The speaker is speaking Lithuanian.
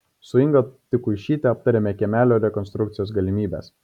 su inga tikuišyte aptarėme kiemelio rekonstrukcijos galimybes